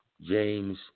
James